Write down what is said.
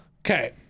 Okay